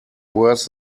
worse